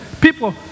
people